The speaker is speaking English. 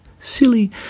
Silly